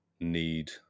need